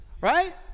Right